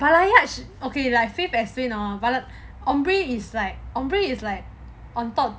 balayage okay like fifth explain hor balayage ombre is like on top